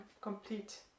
complete